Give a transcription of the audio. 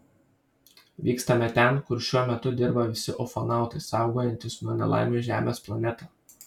vykstame ten kur šiuo metu dirba visi ufonautai saugojantys nuo nelaimių žemės planetą